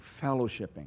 fellowshipping